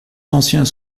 anciens